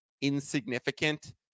insignificant